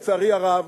לצערי הרב,